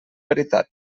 veritat